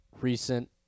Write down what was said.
recent